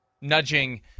nudging